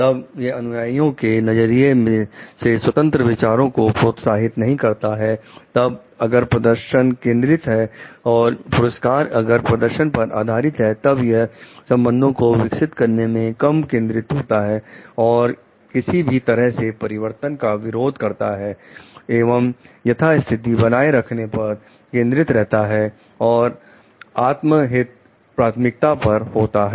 तब यह अनुयायियों के नजरिए से स्वतंत्र विचारों को प्रोत्साहित नहीं करता है तब अगर प्रदर्शन केंद्रित है और पुरस्कार अगर प्रदर्शन पर आधारित हैं तब यह संबंधों को विकसित करने पर कम केंद्रित होता है और किसी भी तरह के परिवर्तन का विरोध करता है एवं यथास्थिति बनाए रखने पर केंद्रित रहता है और आत्महित प्राथमिकता पर होता है